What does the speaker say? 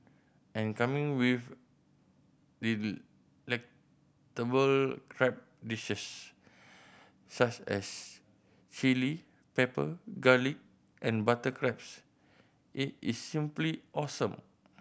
and coming with delectable crab dishes such as chilli pepper garlic and butter crabs it is simply awesome